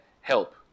help